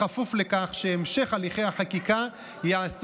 בכפוף לכך שהמשך הליכי החקיקה ייעשה